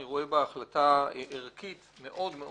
אני רואה בה החלטה ערכית מאוד מאוד